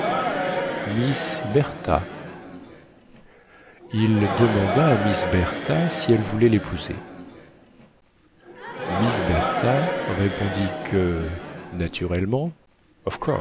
miss bertha il demanda à miss bertha si elle voulait lépouser miss bertha répondit que naturellement